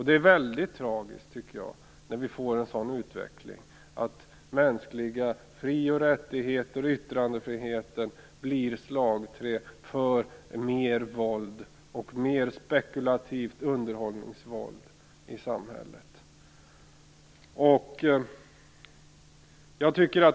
Det vore väldigt tragiskt, tycker jag, om vi fick en sådan utveckling att mänskliga fri och rättigheter, t.ex. yttrandefriheten, blir slagträn för mer våld och mer spekulativt underhållningsvåld i samhället.